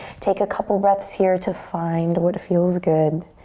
take a couple breaths here to find what feels good.